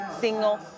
single